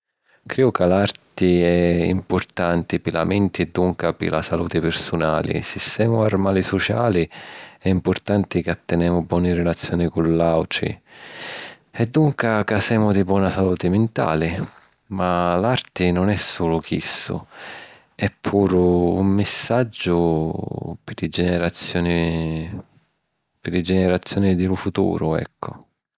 Crìu ca l’arti è mpurtanti pi la menti e dunca pi la saluti pirsunali. Si semu armali suciali, è mpurtanti ca tenemu boni relazioni cu l’àutri e dunca ca semu di bona saluti mintali. Ma l’arti nun è sulu chistu, è puru un missaggiu pi li generazioni... pi li generazioni di lu futuro, eccu.